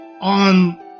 On